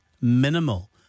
minimal